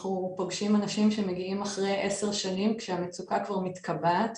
אנחנו פוגשים אנשים שמגיעים אחרי 10 שנים כשהמצוקה כבר מתקבעת.